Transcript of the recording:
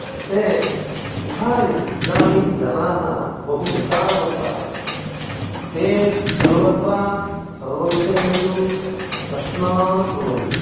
ते विचारयन्ति इदानीं जनाः बहु विचारवन्तः ते सर्वत्र सर्वविषयेषु प्रश्नान् कुर्वन्ति